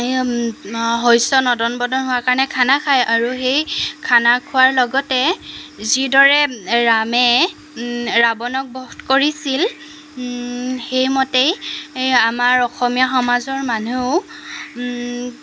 এই শস্য নদন বদন হোৱাৰ কাৰণে খানা খায় আৰু সেই খানা খোৱাৰ লগতে যিদৰে ৰামে ৰাৱনক বধ কৰিছিল সেই মতেই আমাৰ অসমীয়া সমাজৰ মানুহেও